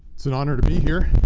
it's an honor to be here.